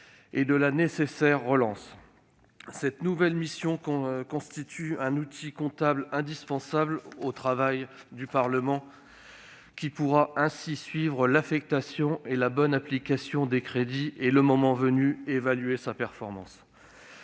et de son nécessaire redémarrage. Cette nouvelle mission constitue un outil comptable indispensable au travail du Parlement, qui pourra ainsi suivre l'affectation et la bonne utilisation des crédits votés, puis, le moment venu, évaluer leur performance.